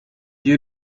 you